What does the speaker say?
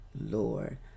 Lord